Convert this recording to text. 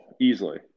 easily